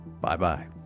Bye-bye